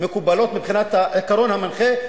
מקובלות מבחינת העיקרון המנחה.